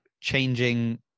changing